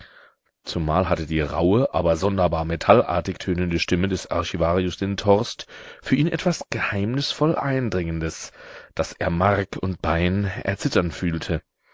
zumal hatte die rauhe aber sonderbar metallartig tönende stimme des archivarius lindhorst für ihn etwas geheimnisvoll eindringendes daß er mark und bein erzittern fühlte